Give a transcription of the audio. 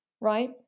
right